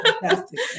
fantastic